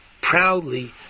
proudly